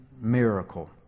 miracle